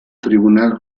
tribunal